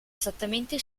esattamente